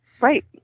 Right